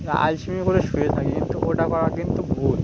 আলিস্যি করে শুয়ে থাকি কিন্তু ওটা করা কিন্তু ভুল